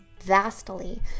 vastly